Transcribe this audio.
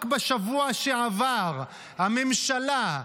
רק בשבוע שעבר הממשלה,